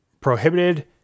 prohibited